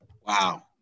wow